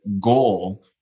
goal